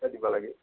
দিব লাগে